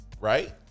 right